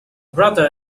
brother